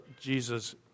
Jesus